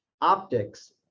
optics